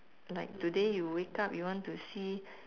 like today you wake up you want to see